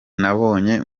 nabonye